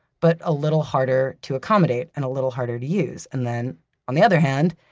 but a little harder to accommodate and a little harder to use. and then on the other hand,